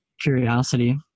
Curiosity